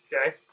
Okay